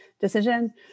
decision